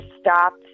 stopped